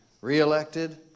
reelected